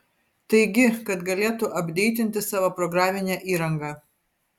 taigi kad galėtų apdeitinti savo programinę įranga